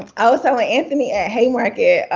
and so ah anthony at haymarket, yeah